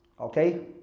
Okay